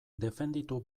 defenditu